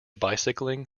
bicycling